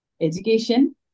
education